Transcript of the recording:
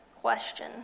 question